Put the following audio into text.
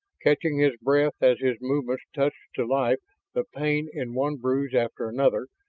catching his breath as his movements touched to life the pain in one bruise after another,